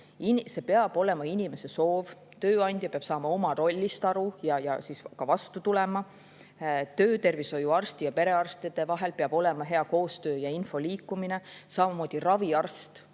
See peab olema inimese soov, tööandja peab oma rollist aru saama ja vastu tulema. Töötervishoiuarstide ja perearstide vahel peab olema hea koostöö ja info liikumine. Samamoodi raviarst: